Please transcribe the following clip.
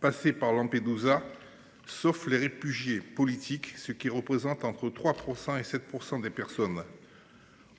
passés par Lampedusa, à l’exception des réfugiés politiques, ce qui représente entre 3 % et 7 % des personnes.